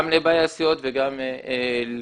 גם לבאי הסיעות וגם לכולם.